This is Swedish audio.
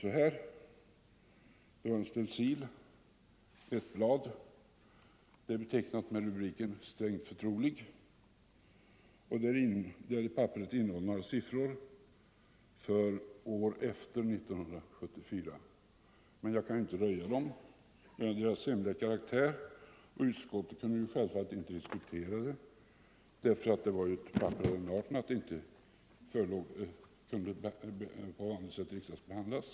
Det var ett enda blad, betecknat ”Strängt förtroligt”. Detta papper innehåller några siffror för år efter 1974. Jag kan inte röja dem på grund av deras hemliga karaktär. Utskottet kunde självfallet inte behandla det, eftersom det var ett papper av den arten att det inte kunde riksdagsbehandlas.